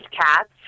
cats